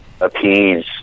appease